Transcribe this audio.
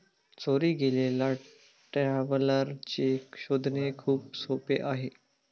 चोरी गेलेला traveller cheque शोधणे खूप सोपे आहे